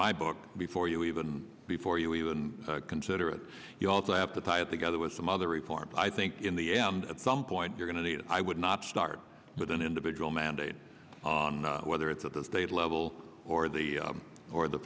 my book for you even before you even consider it you also have to tie it together with some other reforms i think in the end at some point you're going to i would not start with an individual mandate whether it's at the state level or the or the